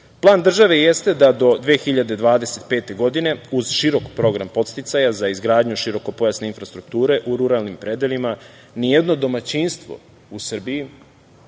države jeste da do 2025. godine, uz širok program podsticaja za izgradnju širokopojasne infrastrukture u ruralnim predelima, nijedno domaćinstvo u Srbiji